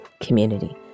community